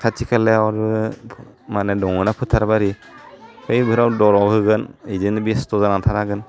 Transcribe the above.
खाथि खालायाव आरो माने दङना फोथारबारि हेफोराव दराव होगोन बिदिनो बेस्थ' जाना थानो हागोन